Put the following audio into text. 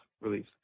release